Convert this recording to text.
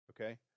okay